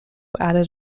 added